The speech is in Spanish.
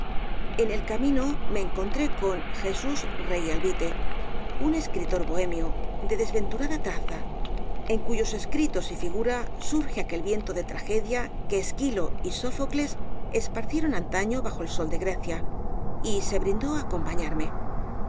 en el camino me encontré con jesús rey alviteun escritor bohemio de desventurada traza en cuyos escritos y figura surge aquel viento de tragedia que esquilo y sófocles esparcieron antaño bajo el sol de grecia y se brindó á acompañarme